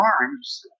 arms